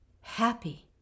happy